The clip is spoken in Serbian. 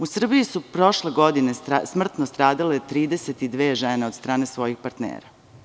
U Srbiji su prošle godine smrtno stradale 32 žene od strane svojih partnera.